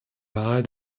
wahl